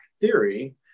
theory